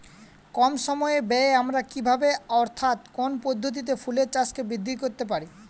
কম সময় ব্যায়ে আমরা কি ভাবে অর্থাৎ কোন পদ্ধতিতে ফুলের চাষকে বৃদ্ধি করতে পারি?